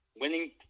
winning